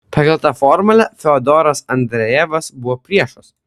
pagal tą formulę fiodoras andrejevas buvo priešas